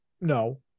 no